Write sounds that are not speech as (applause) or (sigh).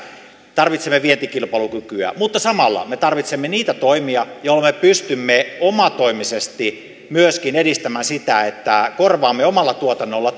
tarvitsemme vientikilpailukykyä mutta samalla me tarvitsemme niitä toimia joilla me pystymme omatoimisesti myöskin edistämään sitä että korvaamme omalla tuotannollamme (unintelligible)